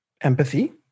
empathy